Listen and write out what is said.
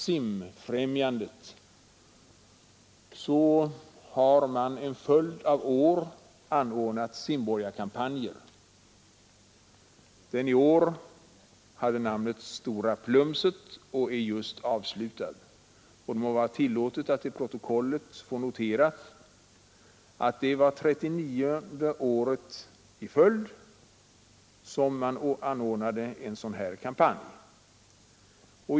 Simfrämjandet har under en följd av år anordnat simborgarkampanjer. Årets kampanj hade namnet ”Stora plumset” och är just avslutad. Det må vara mig tillåtet att till protokollet få noterat, att det var 39:e året i följd som en sådan kampanj anordnades.